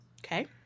Okay